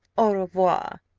au revoir!